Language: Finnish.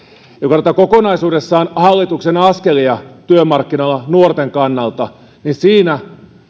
katsotaan kokonaisuudessaan hallituksen askelia työmarkkinoilla nuorten kannalta niin siinä